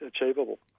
achievable